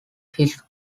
his